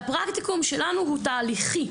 והפרקטיקום שלנו הוא הוא תהליכי.